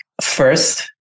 first